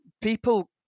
people